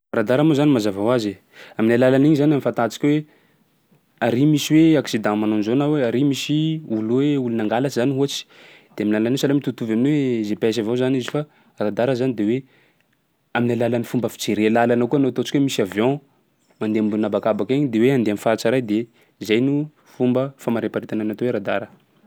Radara moa zany mazava hoazy e, amin'ny alalan'igny ahafantarantsika hoe ary misy hoe accident manao an'izao na hoe ary misy olo hoe olo nangalatsy zany ohatsy de amin'ny alalan'iny sahalan'ny hoe mitovitovy amin'ny hoe GPS avao zany izy fa radara zany de hoe amin'ny alalan'ny fomba fijere làlana koa na ataontsika hoe misy avion mandeha ambony habakabaka egny de hoe handeha amin'ny faritsy ray de zay no fomba famariparitana ny atao hoe radara.